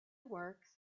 works